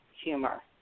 humor